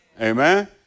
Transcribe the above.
Amen